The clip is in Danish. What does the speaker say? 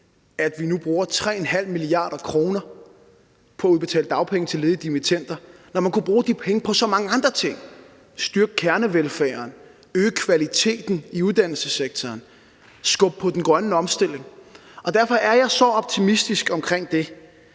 at vi nu bruger 3,5 mia. kr. på at udbetale dagpenge til ledige dimittender, når man kunne bruge de penge på så mange andre ting: styrke kernevelfærden, øge kvaliteten i uddannelsessektoren, skubbe på den grønne omstilling. Derfor er jeg så optimistisk omkring det,